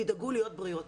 תדאגו להיות בריאות.